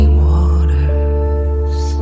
waters